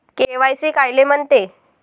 KYC कायले म्हनते?